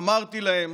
אמרתי להם